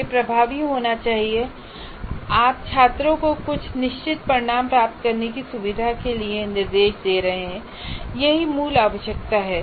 यह प्रभावी होना चाहिए आप छात्रों को कुछ निश्चित परिणाम प्राप्त करने की सुविधा के लिए निर्देश दे रहे हैं यही मूल आवश्यकता है